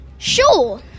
Sure